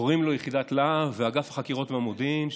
קוראים לו יחידת להב ואגף החקירות והמודיעין.